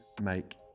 make